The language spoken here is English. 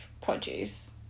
produce